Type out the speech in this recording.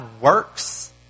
works